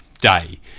day